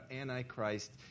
Antichrist